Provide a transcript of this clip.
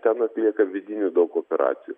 ten atlieka vidinių daug operacijų